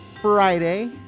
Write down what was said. Friday